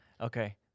Okay